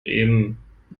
bremen